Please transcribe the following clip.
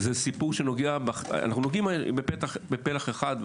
אנחנו נוגעים בפלח אחד,